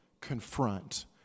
confront